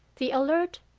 the alert,